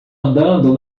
andando